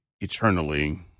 eternally